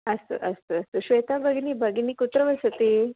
अस्तु अस्तु अस्तु श्वेता भगिनी भगिनी कुत्र वसती